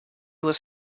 was